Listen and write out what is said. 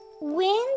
Wind